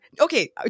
Okay